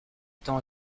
étant